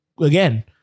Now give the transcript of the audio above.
again